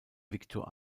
victor